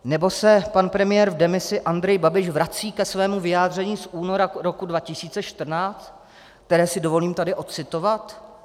Nebo se pan premiér v demisi Andrej Babiš vrací ke svému vyjádření z února roku 2014, které si dovolím tady ocitovat?